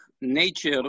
nature